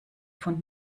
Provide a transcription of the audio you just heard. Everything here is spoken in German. von